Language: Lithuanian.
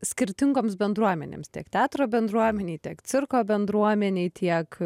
skirtingoms bendruomenėms tiek teatro bendruomenei tiek cirko bendruomenei tiek